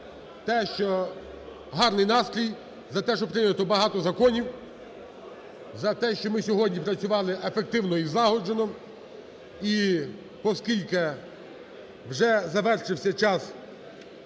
те, що гарний настрій, за те, що прийнято багато законів, за те, що ми сьогодні працювали ефективно і злагоджено. І оскільки вже завершився час,